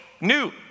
new